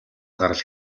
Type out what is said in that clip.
гарал